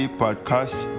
podcast